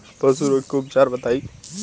पशु रोग के उपचार बताई?